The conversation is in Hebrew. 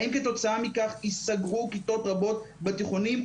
האם כתוצאה מכך ייסגרו כיתות רבות בבתי הספר התיכוניים,